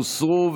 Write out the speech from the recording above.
הוסרו.